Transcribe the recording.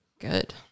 Good